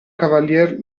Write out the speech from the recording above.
cavalier